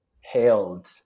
hailed